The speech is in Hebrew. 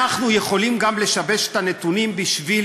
אנחנו יכולים גם לשבש את הנתונים בשביל